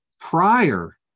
prior